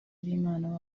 b’imana